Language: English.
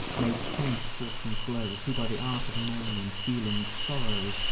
made tame to fortune's blows who, by the art of known and feeling sorrows,